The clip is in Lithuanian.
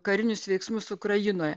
karinius veiksmus ukrainoje